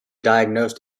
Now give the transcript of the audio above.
diagnosed